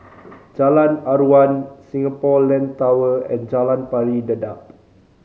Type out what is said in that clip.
Jalan Aruan Singapore Land Tower and Jalan Pari Dedap